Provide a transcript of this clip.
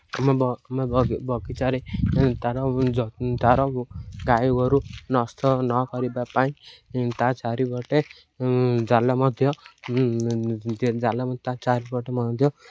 ଆମ ଆମ ବଗିଚାରେ ତାର ତାର ଗାଈ ଗୋରୁ ନଷ୍ଟ ନ କରିବା ପାଇଁ ତା ଚାରିପଟେ ଜାଲ ମଧ୍ୟ ଜାଲ ତା ଚାରିପଟେ ମଧ୍ୟ